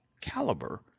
caliber